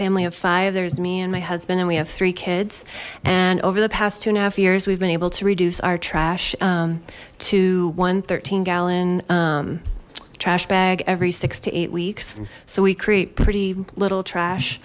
family of five there's me and my husband and we have three kids and over the past two and a half years we've been able to reduce our trash to one hundred and thirteen gallon trash bag every six to eight weeks so we create pretty little trash